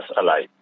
alive